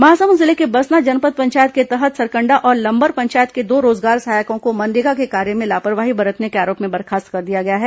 महासमुंद जिले के बसना जनपद पंचायत के तहत सरकंडा और लंबर पंचायत के दो रोजगार सहायकों को मनरेगा के कार्य में लापरवाही बरतने के आरोप में बर्खास्त कर दिया गया है